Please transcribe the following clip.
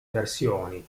versioni